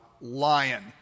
lion